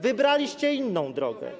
Wybraliście inną drogę.